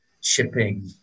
shipping